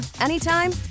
anytime